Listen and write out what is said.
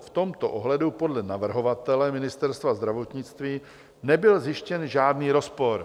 V tomto ohledu podle navrhovatele, Ministerstva zdravotnictví, nebyl zjištěn žádný rozpor.